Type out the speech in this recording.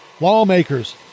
Lawmakers